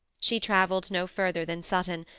she travelled no further than sutton,